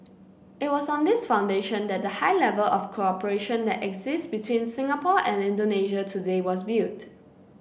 it was on this foundation that the high level of cooperation that exists between Singapore and Indonesia today was built